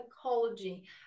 psychology